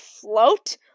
float